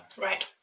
Right